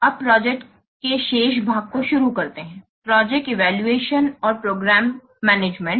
अब प्रोजेक्ट के शेष भाग को शुरू करते हैं प्रोजेक्ट इवैल्यूएशन और प्रोग्राम मैनेजमेंट